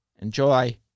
Enjoy